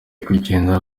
kugenda